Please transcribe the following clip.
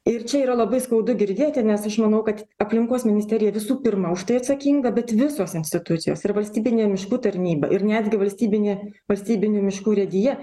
ir čia yra labai skaudu girdėti nes aš manau kad aplinkos ministerija visų pirma už tai atsakinga bet visos institucijos ir valstybinė miškų tarnyba ir netgi valstybinė valstybinių miškų urėdija